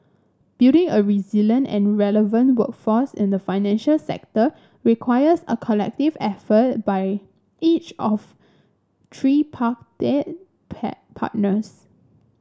building a resilient and relevant workforce in the financial sector requires a collective effort by each of partners